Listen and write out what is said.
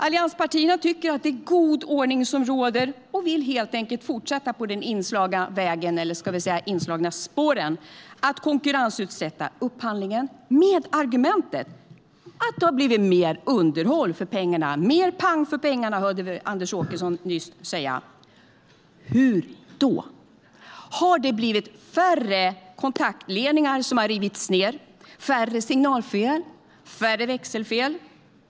Allianspartierna tycker att det är god ordning som råder och vill helt enkelt fortsätta på de inslagna spåren att konkurrensutsätta upphandlingen med argumentet att det har blivit mer underhåll för pengarna. Vi hörde nyss Anders Åkesson säga att det har blivit mer pang för pengarna. Hur då? Har det blivit färre kontaktledningar som rivits ned, färre signalfel eller färre växelfel?